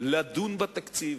לדון בתקציב,